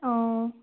অঁ